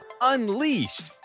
unleashed